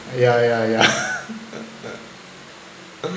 ya ya ya